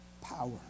power